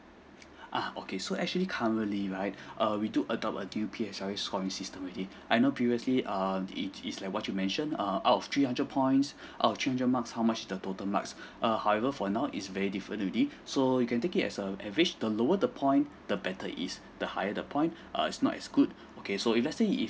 uh okay so actually currently right err we do adopt err do P_S_L_E scoring system already I know previously um is is like what you mentioned uh out of three hundred points out of three hundred marks how much the total marks err however for now is very different already so you can take it as a average the lower the point the better is the high the point uh it's not as good okay so if let's say if